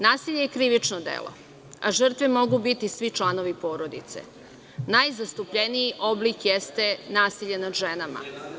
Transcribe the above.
Nasilje je krivično delo, a žrtve mogu biti svi članovi porodice, a najzastupljeniji oblik jeste nasilje nad ženama.